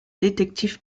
détective